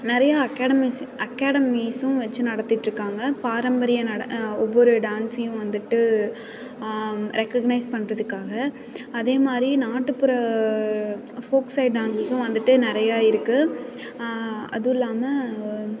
நிறையா அக்கேடமீஸ் அக்கேடமீஸும் வெச்சு நடத்திகிட்ருக்காங்க பாரம்பரிய நட ஒவ்வொரு டான்ஸையும் வந்துவிட்டு ரெக்ககனைஸ் பண்ணுறதுக்காக அதே மாதிரி நாட்டுப்புற ஃபோல்க் சைட் டான்ஸஸும் வந்துவிட்டு நிறையா இருக்குது அதுவுல்லாமல்